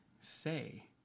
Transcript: say